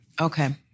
Okay